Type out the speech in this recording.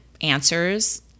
answers